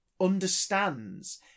understands